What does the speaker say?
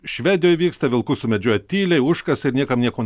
švedijoj vyksta vilkus sumedžioja tyliai užkasa ir niekam nieko